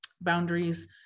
boundaries